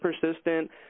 persistent